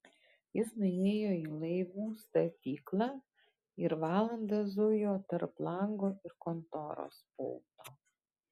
jis nuėjo į laivų statyklą ir valandą zujo tarp lango ir kontoros pulto